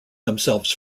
themselves